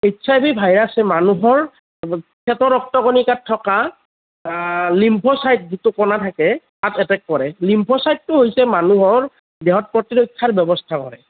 H I V ভাইৰাছে মানুহৰ শ্বেত ৰক্তকণিকাত থকা লিম্ফচাইট যিটো কণা থাকে তাত এটেক কৰে লিম্ফচাইটটো হৈছে মানুহৰ দেহত প্ৰতিৰক্ষাৰ ব্যৱস্থা কৰে